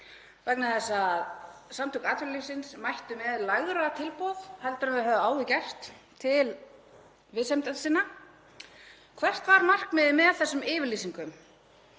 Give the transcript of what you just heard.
vegna þess að Samtök atvinnulífsins mættu með lægra tilboð heldur en þau höfðu áður gert til viðsemjenda sinna: Hvert var markmiðið með þessum yfirlýsingum